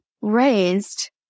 raised